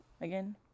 again